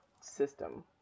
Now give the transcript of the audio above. system